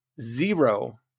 Zero